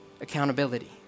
Accountability